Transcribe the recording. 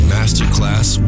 Masterclass